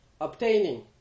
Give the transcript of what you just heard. obtaining